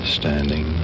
standing